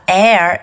air